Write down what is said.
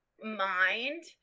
mind